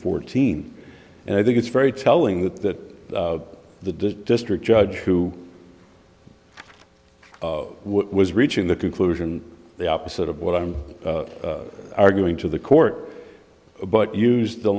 fourteen and i think it's very telling that that the district judge who was reaching the conclusion the opposite of what i'm arguing to the court but used the